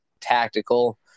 tactical